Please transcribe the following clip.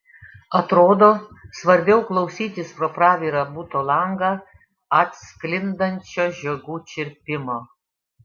atrodo svarbiau klausytis pro pravirą buto langą atsklindančio žiogų čirpimo